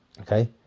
Okay